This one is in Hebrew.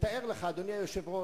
לתאר לך, אדוני היושב-ראש.